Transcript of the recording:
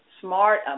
smart